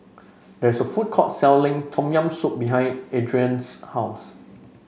there is a food court selling Tom Yam Soup behind Adriene's house